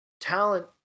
talent